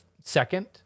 second